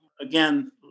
again